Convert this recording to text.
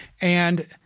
And-